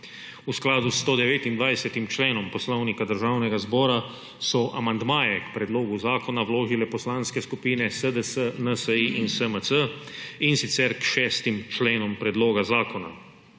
V skladu s 129. členom Poslovnika Državnega zbora so amandmaje k predlogu zakona vložile poslanske skupine SDS, NSi in SMC, in sicer k šestim členom predloga zakona.